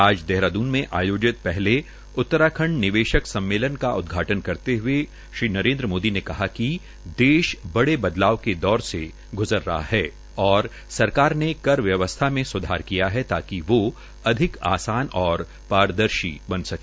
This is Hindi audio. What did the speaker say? आज देहरादून मे आयोजित पहले उत्तराखंड निवेशक सम्मेलन का उदघाटन करते हए श्री नरेन्द्र मोदी ने कहा कि देश बड़े बदलाव के दौर से गुज़र रहा है और सरकार ने कर व्यवसथा में सूधार किया जाकि वो अधिक आसान और पारदर्शी बन सके